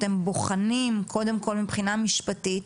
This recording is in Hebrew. אתם בוחנים קודם כל מבחינה משפטית